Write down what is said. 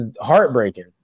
heartbreaking